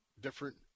different